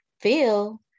feel